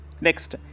Next